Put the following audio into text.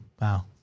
wow